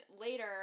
later